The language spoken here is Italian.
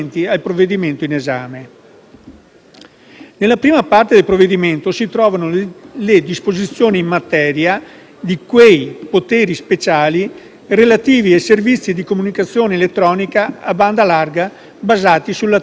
Nella prima parte del provvedimento si trovano le disposizioni in materia di quei poteri speciali relativi ai servizi di comunicazione elettronica a banda larga basati sulla tecnologia 5G. Vengono